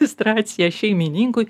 iliustraciją šeimininkui